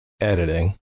editing